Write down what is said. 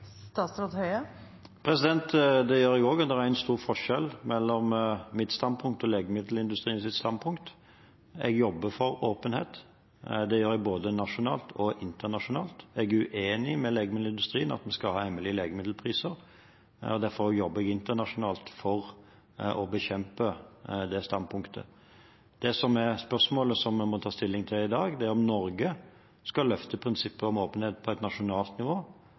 Det gjør jeg også, og det er stor forskjell på mitt standpunkt og legemiddelindustriens standpunkt. Jeg jobber for åpenhet. Det gjør jeg både nasjonalt og internasjonalt. Jeg er uenig med legemiddelindustrien i at vi skal ha hemmelige legemiddelpriser. Derfor jobber jeg internasjonalt for å bekjempe det standpunktet. Det som er spørsmålet som vi må ta stilling til i dag, er om Norge skal løfte prinsippet om åpenhet på et nasjonalt nivå